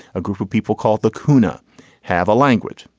a group of people called the cuna have a language.